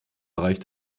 bereich